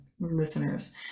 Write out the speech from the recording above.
listeners